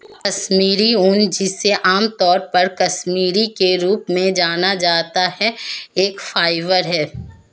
कश्मीरी ऊन, जिसे आमतौर पर कश्मीरी के रूप में जाना जाता है, एक फाइबर है